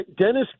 Dennis